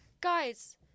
guys